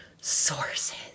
Sources